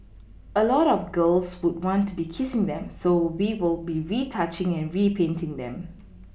a lot of girls would want to be kissing them so we will be retouching and repainting them